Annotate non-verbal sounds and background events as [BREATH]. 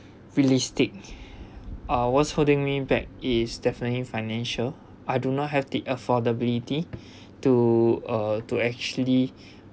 realistic [BREATH] ah what's holding me back is definitely financial I do not have the affordability [BREATH] to uh to actually